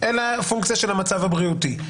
אלא פונקציה של המצב הבריאותי.